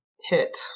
hit